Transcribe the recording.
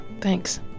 Thanks